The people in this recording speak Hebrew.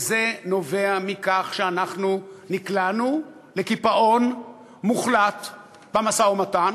זה נובע מכך שנקלענו לקיפאון מוחלט במשא-ומתן,